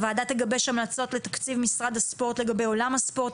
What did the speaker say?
הוועדה תגבש המלצות לתקציב משרד הספורט לגבי עולם הספורט,